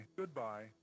goodbye